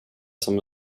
som